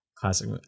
Classic